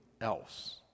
else